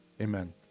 Amen